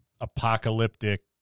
apocalyptic